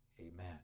Amen